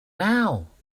now